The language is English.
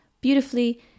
Beautifully